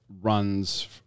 runs